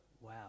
wow